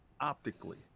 optically